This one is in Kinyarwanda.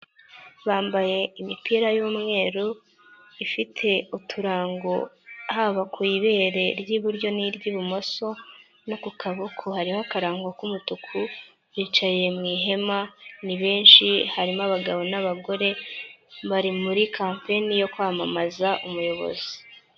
Bambaye imipira y'umweru ifite uturango haba ku ibere ry' iburyo n'iry'ibumoso no ku kaboko hariho akarango k'umutuku bicaye mu ihema, ni benshi harimo abagabo n'abagore bari muri kampeni yo kwamamaza umuyobozi.